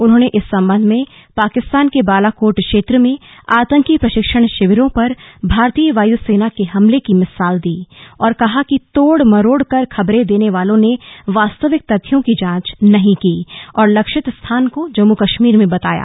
उन्होंने इस संबंध में पाकिस्तान के बालाकोट क्षेत्र में आतंकी प्रशिक्षण शिविरों पर भारतीय वायू सेना के हमले की मिसाल दी और कहा कि तोड़ मरोड़ कर खबरें देने वालों ने वास्तविक तथ्यो की जांच नहीं की और लक्षित स्थान को जम्मू कश्मीर में बताया